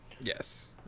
yes